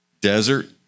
Desert